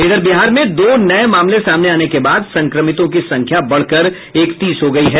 इधर बिहार में दो नये मामले सामने आने के बाद संक्रमितों की संख्या बढ़कर इकतीस हो गयी है